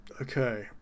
Okay